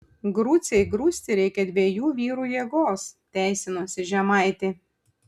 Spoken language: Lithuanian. grucei grūsti reikia dviejų vyrų jėgos teisinosi žemaitė